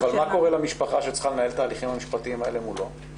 אבל מה קורה למשפחה שצריכה לנהל את ההליכים המשפטיים האלה מולו?